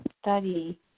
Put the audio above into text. study